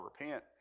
repent